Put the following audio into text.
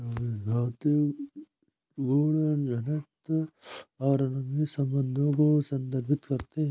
भौतिक गुण घनत्व और नमी संबंधों को संदर्भित करते हैं